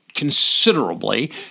considerably